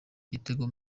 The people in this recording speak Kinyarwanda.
igitego